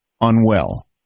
unwell